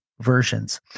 versions